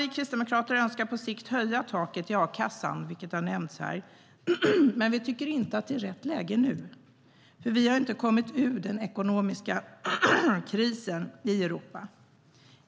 Vi kristdemokrater önskar på sikt höja taket i a-kassan, vilket har nämnts här. Men vi tycker inte att det är rätt läge nu, för vi har inte kommit ur den ekonomiska krisen i Europa.